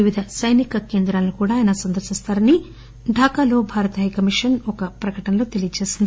వివిధ సైనిక కేంద్రాలను కూడా ఆయన సందర్పిస్తారని ఢాకాలో భారత హై కమిషన్ ఒక ప్రకటనలో తెలియజేసింది